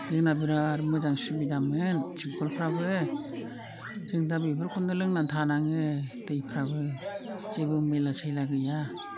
जोंना बिराद मोजां सुबिदामोन थिफखलफ्राबो जों दा बेफोरखौनो लोंनानै थानाङो दैफ्राबो जेबो मैला सैला गैया